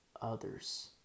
others